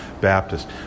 Baptist